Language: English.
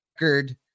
record